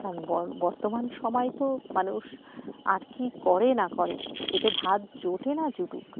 কারণ ব বর্তমান সময় তো মানুষ আর কি করে না করে পেটে ভাত জোটে না জুটুক